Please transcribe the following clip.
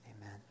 amen